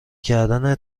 کردنهای